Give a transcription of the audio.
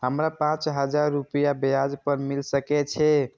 हमरा पाँच हजार रुपया ब्याज पर मिल सके छे?